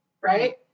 Right